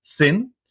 Sin